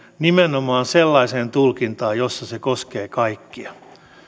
nimenomaan sellaiseen tulkintaan jossa ne koskevat kaikkia